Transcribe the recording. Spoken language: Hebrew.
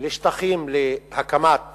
לשטחים להקמת